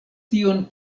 tion